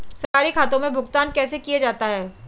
सरकारी खातों में भुगतान कैसे किया जाता है?